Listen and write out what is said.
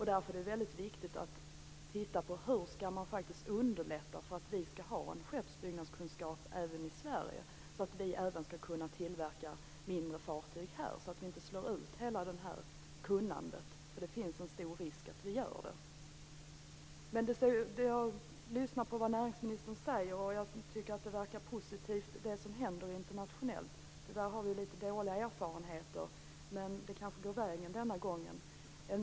Därför är det mycket viktigt att se på hur man skall underlätta för att även vi i Sverige skall kunna ha en skeppsbyggnadskunskap, så att vi skall kunna tillverka mindre fartyg här och så att detta kunnande inte slås ut. Det finns nämligen en stor risk för det. Det som näringsministern säger om vad som händer internationellt verkar positivt. Tyvärr har vi litet dåliga erfarenheter, men det går kanske vägen den här gången.